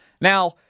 Now